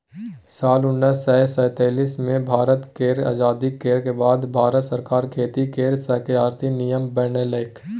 साल उन्नैस सय सैतालीस मे भारत केर आजादी केर बाद भारत सरकार खेती केर सहकारिता नियम बनेलकै